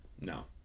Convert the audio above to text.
no